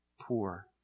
poor